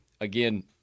again